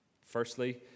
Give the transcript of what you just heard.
Firstly